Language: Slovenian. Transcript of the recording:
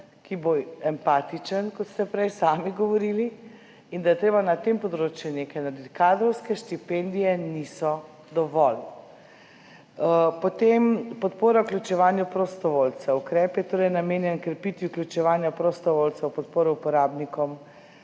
ki bo empatičen, kot ste prej sami govorili, in je treba na tem področju nekaj narediti. Kadrovske štipendije niso dovolj. Potem podpora vključevanju prostovoljcev. Ukrep je torej namenjen krepitvi vključevanja prostovoljcev v podporo uporabnikom